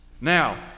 Now